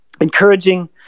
encouraging